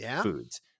foods